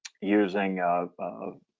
using